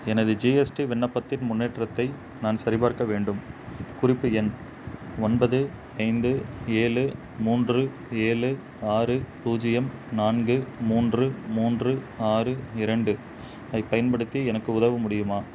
எனது ஜிஎஸ்டி விண்ணப்பத்தின் முன்னேற்றத்தை நான் சரிப்பார்க்க வேண்டும் குறிப்பு எண் ஒன்பது ஐந்து ஏழு மூன்று ஏழு ஆறு பூஜ்ஜியம் நான்கு மூன்று மூன்று ஆறு இரண்டு ஐப் பயன்படுத்தி எனக்கு உதவ முடியுமா